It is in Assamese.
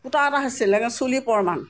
ফুটা এটা হৈছিল চুলি পৰমান